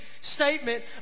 statement